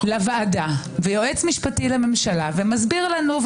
לוועדה ויועץ משפטי לממשלה ומסביר לנו,